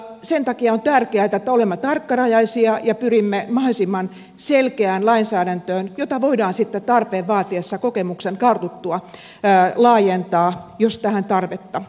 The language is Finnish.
sen takia on tärkeää että olemme tarkkarajaisia ja pyrimme mahdollisimman selkeään lainsäädäntöön jota voidaan sitten tarpeen vaatiessa kokemuksen kartuttua laajentaa jos tähän tarvetta esiintyy